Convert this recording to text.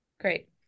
Great